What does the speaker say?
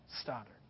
Stoddard